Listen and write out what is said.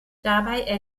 dabei